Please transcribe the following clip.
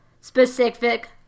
specific